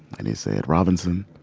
and he said, robinson,